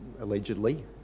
allegedly